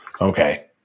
Okay